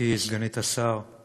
גברתי סגנית השר,